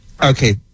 Okay